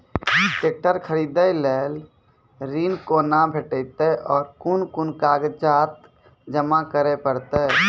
Tractor खरीदै लेल ऋण कुना भेंटते और कुन कुन कागजात जमा करै परतै?